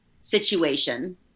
situation